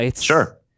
Sure